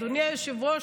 אדוני היושב-ראש,